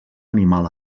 animal